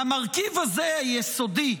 המרכיב הזה הוא יסודי,